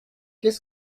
qu’est